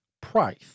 price